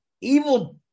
evil